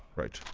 right.